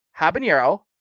habanero